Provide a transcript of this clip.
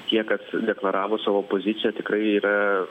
tiek kad deklaravo savo poziciją tikrai yra